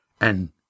And